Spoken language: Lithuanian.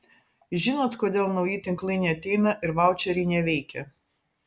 žinot kodėl nauji tinklai neateina ir vaučeriai neveikia